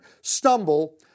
stumble